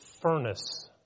furnace